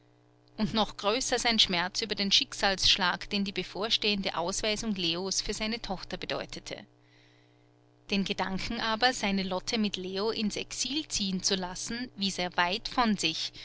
und noch größer sein schmerz über den schicksalsschlag den die bevorstehende ausweisung leos für seine tochter bedeutete den gedanken aber seine lotte mit leo ins exil ziehen zu lassen wies er weit von sich